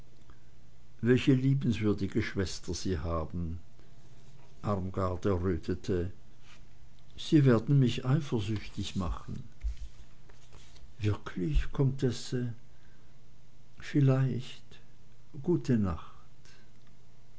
welche liebenswürdige schwester sie haben armgard errötete sie werden mich eifersüchtig machen wirklich comtesse vielleicht gute nacht